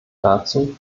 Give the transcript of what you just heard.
dazu